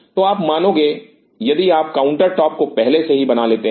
तो आप मानोगे यदि आप काउंटर टॉप को पहले से बना लेते हैं